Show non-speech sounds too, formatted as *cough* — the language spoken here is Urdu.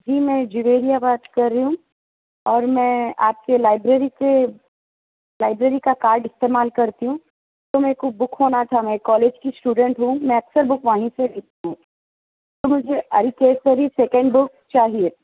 جی میں جویریہ بات کر رہی ہوں اور میں آپ کے لائبریری سے لائبریری کا کاڈ استعمال کرتی ہوں تو مے کو بک ہونا تھا میں کالج کی اسٹوڈنٹ ہوں میں اکثر بک وہیں سے *unintelligible* ہوں مجھے *unintelligible* سیکنڈ بک چاہیے